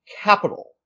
capital